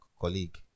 colleague